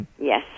Yes